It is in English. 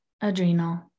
adrenal